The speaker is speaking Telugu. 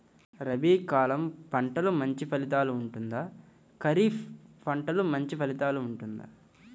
రబీ కాలం పంటలు మంచి ఫలితాలు ఉంటుందా? ఖరీఫ్ పంటలు మంచి ఫలితాలు ఉంటుందా?